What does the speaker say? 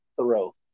throw